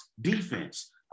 defense